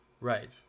Right